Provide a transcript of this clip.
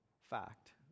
fact